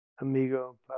amigo